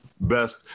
best